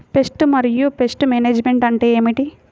Pest మరియు pest management అంటే ఏమిటి?